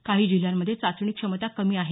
काही जिल्ह्यांमध्ये चाचणी क्षमता कमी आहे